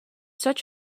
such